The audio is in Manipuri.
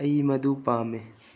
ꯑꯩ ꯃꯗꯨ ꯄꯥꯝꯃꯤ